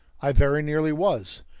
i very nearly was.